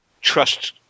trust